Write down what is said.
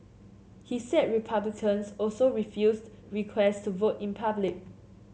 he said Republicans also refused request to vote in public